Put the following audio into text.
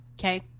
Okay